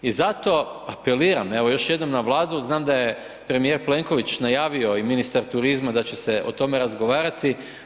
I zato, apeliram, evo još jednom na Vladu, znam da je premijer Plenković najavio i ministar turizma da će se o tome razgovarati.